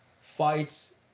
fights